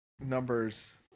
numbers